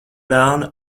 velna